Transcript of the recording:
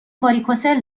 واریکوسل